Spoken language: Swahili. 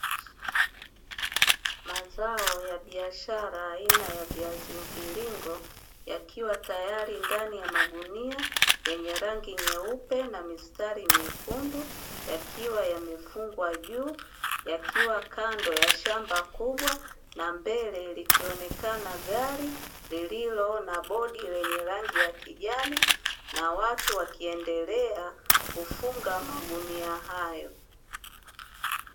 Mazao ya biashara aina ya viazi mviringo, yakiwa tayari ndani ya magunia ya nyarangi nyeupe na mistari mekundu, yakiwa yamefungwa juu yakiwa kando ya shamba kubwa, na mbele likionekana gari lililo na bodi lenye rangi ya kijani, na watu wakiendelea kufunga magunia hayo.